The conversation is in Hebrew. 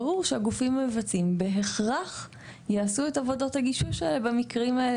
ברור שהגופים המבצעים בהכרח יעשו את העבודות האלה במקרים האלה,